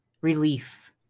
relief